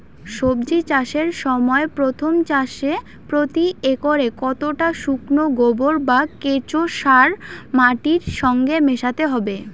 সবজি চাষের সময় প্রথম চাষে প্রতি একরে কতটা শুকনো গোবর বা কেঁচো সার মাটির সঙ্গে মেশাতে হবে?